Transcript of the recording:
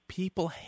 people